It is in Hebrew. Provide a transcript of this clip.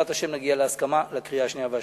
שבעזרת השם נגיע להסכמה על הקריאה השנייה והשלישית.